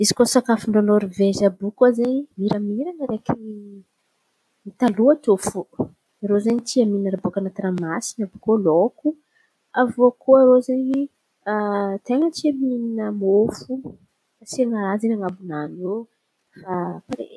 Izy koa sakafon-drô Nôrvezy àby iô koa zen̈y miramira hely araiky taloha teo fo, irô zen̈y tia mihina raha baka an̈atin'ny ranomasy bakiô lôko. aviô koa irô zen̈y ten̈a tia mihina mofo asin̈a raha ze an̈abonany eo mba pare.